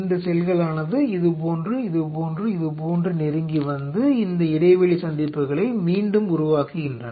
இந்த செல்களானது இதுபோன்று இதுபோன்று இதுபோன்று நெருங்கி வந்து இந்த இடைவெளி சந்திப்புகளை மீண்டும் உருவாக்குகின்றன